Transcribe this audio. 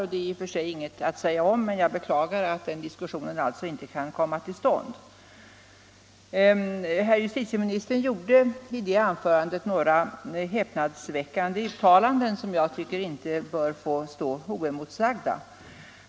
Om detta är i och för sig ingenting att säga, men jag beklagar att den diskussionen alltså inte kan komma till stånd. Herr justitieministern gjorde i anförandet några häpnadsväckande uttalanden som jag tycker inte bör stå oemotsagda.